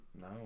No